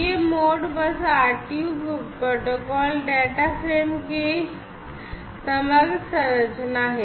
यह Modbus RTU protocol data frame की समग्र संरचना है